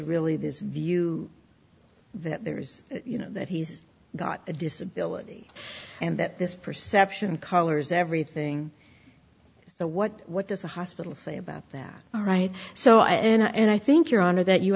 really this view that there's you know that he's got a disability and that this perception colors everything so what what does the hospital say about that all right so and i think your honor that you